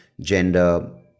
gender